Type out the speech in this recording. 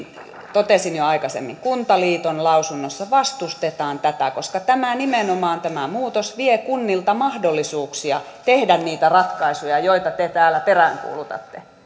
totesin jo aikaisemmin kuntaliiton lausunnossa vastustetaan tätä koska tämä muutos nimenomaan vie kunnilta mahdollisuuksia tehdä niitä ratkaisuja joita te täällä peräänkuulutatte